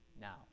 now